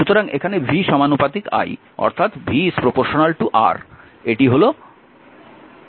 সুতরাং এখানে V সমানুপাতিক I অর্থাৎ V R